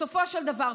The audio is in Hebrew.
בסופו של דבר,